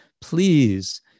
Please